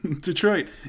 Detroit